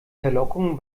verlockung